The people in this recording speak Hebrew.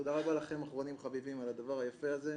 תודה רבה לכם אחרונים חביבים על הדבר היפה הזה.